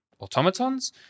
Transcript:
automatons